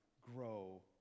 grow